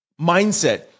mindset